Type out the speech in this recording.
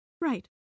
Right